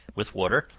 with water,